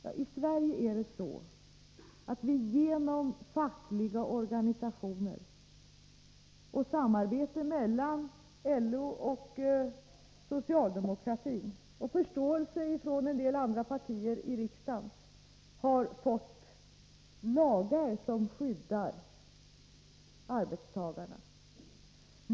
— Ja, i Sverige är det så att vi genom fackliga organisationer och genom samarbete mellan LO och socialdemokratin och förståelse från en del andra partier i riksdagen har fått lagar som skyddar arbetstagarna.